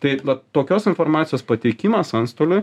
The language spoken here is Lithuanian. tai vat tokios informacijos pateikimas antstoliui